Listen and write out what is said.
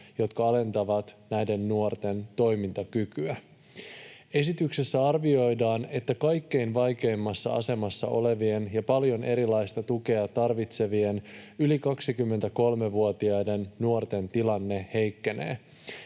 jotka alentavat näiden nuorten toimintakykyä.” Esityksessä arvioidaan, että kaikkein vaikeimmassa asemassa olevien ja paljon erilaista tukea tarvitsevien yli 23-vuotiaiden nuorten tilanne heikkenee,